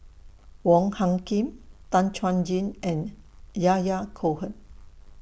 Wong Hung Khim Tan Chuan Jin and Yahya Cohen